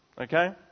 Okay